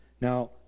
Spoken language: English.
now